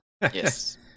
Yes